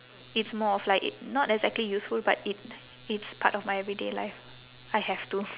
it's more of like i~ not exactly useful but it it's part of my everyday life I have to